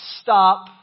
stop